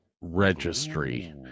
Registry